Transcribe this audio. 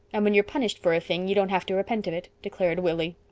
and when you're punished for a thing you don't have to repent of it declared willie.